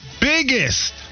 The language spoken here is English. biggest